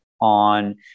on